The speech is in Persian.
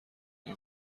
این